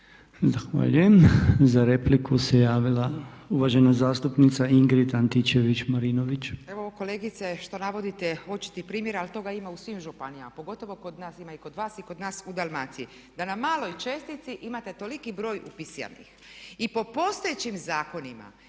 Zahvaljujem. Za repliku se javila uvažena zastupnica Ingrid Antičević Marinović. **Antičević Marinović, Ingrid (SDP)** Evo kolegice, što navodite očiti primjer, ali toga ima u svim županijama, pogotovo kod nas, ima i kod vas i kod nas u Dalmaciji, da na maloj čestici imate toliki broj upisanih i po postojećim zakonima